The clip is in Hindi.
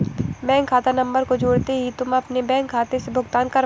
बैंक खाता नंबर को जोड़ते ही तुम अपने बैंक खाते से भुगतान कर पाओगे